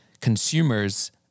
consumers